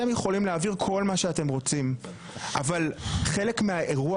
אתם יכולים להעביר כל מה שאתם רוצים אבל חלק מהאירוע